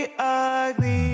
ugly